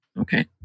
Okay